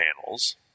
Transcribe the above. panels